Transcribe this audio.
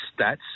stats